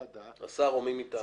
השר או מי מטעמו.